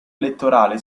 elettorale